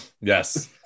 Yes